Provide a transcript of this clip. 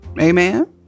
Amen